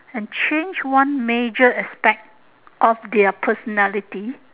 and change one major aspect of their personality